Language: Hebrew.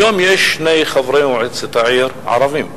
היום יש שני חברי מועצת העיר ערבים,